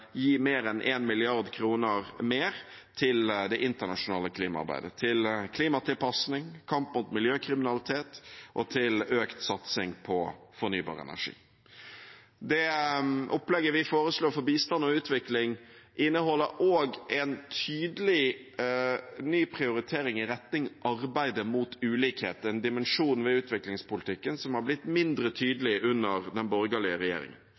gi mer enn 1 mrd. kr mer til det internasjonale klimaarbeidet, til klimatilpasning, til kamp mot miljøkriminalitet og til økt satsing på fornybar energi. Det opplegget vi foreslår for bistand og utvikling, inneholder også en tydelig ny prioritering i retning arbeidet mot ulikhet, en dimensjon ved utviklingspolitikken som har blitt mindre tydelig under den borgerlige regjeringen.